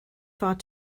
thought